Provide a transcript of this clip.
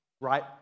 right